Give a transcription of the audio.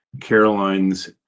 caroline's